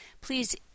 Please